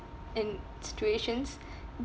in situations